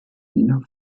wiener